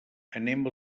anem